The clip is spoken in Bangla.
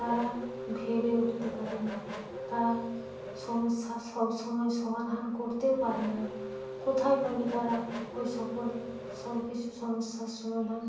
তারা ভেবে উঠতে পারে না তারা সমস্যা সব সময় সমাধান করতেও পারে না কোথায় পাবে তারা ওই সকল সব কিছু সমস্যার সমাধান